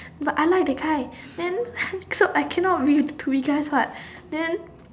but I like the guy then I cannot re~ regress what then